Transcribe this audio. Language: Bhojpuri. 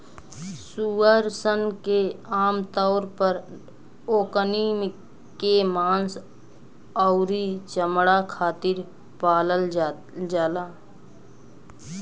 सूअर सन के आमतौर पर ओकनी के मांस अउरी चमणा खातिर पालल जाला